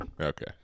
Okay